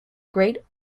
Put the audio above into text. great